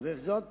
וזאת